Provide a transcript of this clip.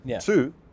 Two